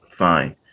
fine